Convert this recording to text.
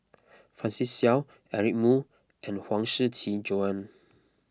Francis Seow Eric Moo and Huang Shiqi Joan